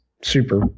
super